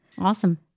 Awesome